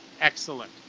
Excellent